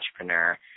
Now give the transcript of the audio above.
entrepreneur